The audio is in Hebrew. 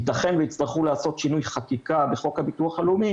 ייתכן ויצטרכו לעשות שינוי חקיקה בחוק הביטוח הלאומי